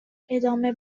ادامه